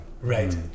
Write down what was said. Right